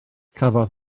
cafodd